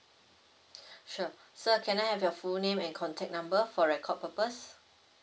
sure sir can I have your full name and contact number for record purposes